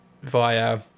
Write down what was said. via